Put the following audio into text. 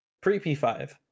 Pre-P5